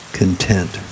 content